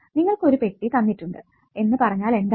നിങ്ങൾക്ക് ഒരു പെട്ടി തന്നിട്ടുണ്ട് എന്ന് പറഞ്ഞാൽ എന്താണ്